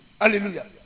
Hallelujah